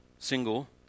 single